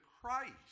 Christ